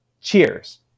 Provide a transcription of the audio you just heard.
Cheers